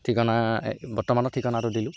ঠিকনা বৰ্তমানৰ ঠিকনাটো দিলোঁ